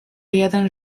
jeden